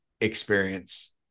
experience